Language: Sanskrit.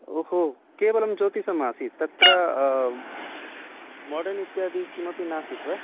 ओहो केवलं ज्योतिषमासीत् तत्र मोडर्न् इत्यादि किमपि नासीत् वा